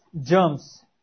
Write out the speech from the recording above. germs